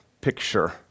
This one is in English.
picture